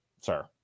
sir